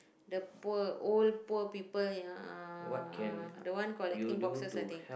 the poor old poor people ya uh the one collecting boxes I think